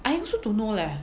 I also don't know leh